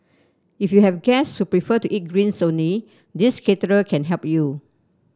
if you have guest who prefer to eat greens only this caterer can help you